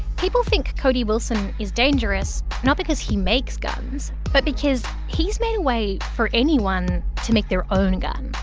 people think cody wilson is dangerous not because he makes guns but because he's made a way for anyone to make their own gun.